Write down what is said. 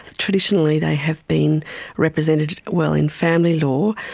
traditionally they have been represented well in family law,